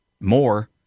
More